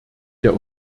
der